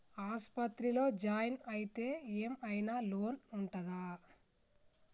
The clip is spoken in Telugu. ఆస్పత్రి లో జాయిన్ అయితే ఏం ఐనా లోన్ ఉంటదా?